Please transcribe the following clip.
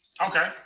Okay